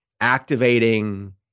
activating